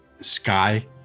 Sky